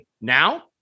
Now